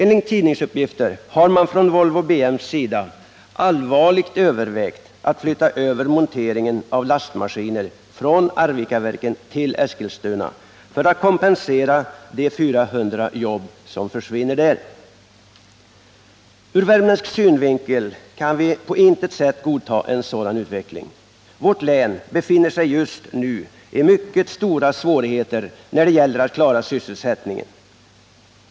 Enligt tidningsuppgifter har man från Volvo BM:s sida allvarligt övervägt att flytta över monteringen av lastmaskiner från Arvikaverken till Eskilstuna för att kompensera de 400 jobb som försvinner där. Ur värmländsk synvinkel kan vi på intet sätt godta en sådan utveckling. Vårt län befinner sig just nu i mycket stora svårigheter när det gäller att klara sysselsättningen.